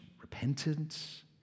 repentance